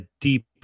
deep